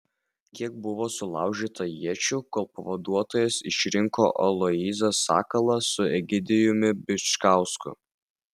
kiek buvo sulaužyta iečių kol pavaduotojas išrinko aloyzą sakalą su egidijumi bičkausku